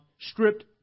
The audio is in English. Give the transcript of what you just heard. stripped